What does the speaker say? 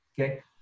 Okay